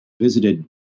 visited